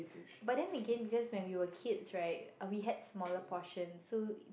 but then again because when we were kids right uh we had smaller portion so